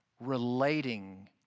relating